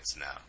now